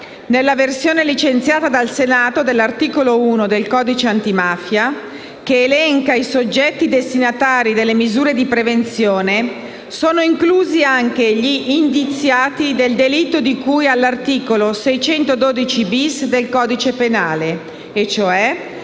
Nella versione licenziata dal Senato dell'articolo 1 del codice antimafia, che elenca i soggetti destinatari delle misure di prevenzione, sono inclusi anche gli indiziati del delitto di cui all'articolo 612-*bis* del codice penale, cioè